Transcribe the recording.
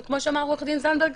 וכמו שאמר עו"ד זנדברג